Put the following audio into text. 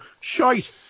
shite